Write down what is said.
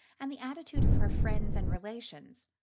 and the attitude of her friends and relations,